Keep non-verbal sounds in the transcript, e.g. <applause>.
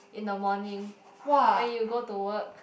in the morning <noise> when you go to work